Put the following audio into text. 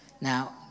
Now